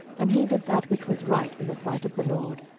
and he did that which was right in the sight of the lord,